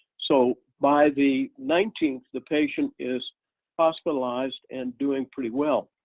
so by the nineteenth the patient is hospitalized and doing pretty well